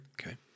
Okay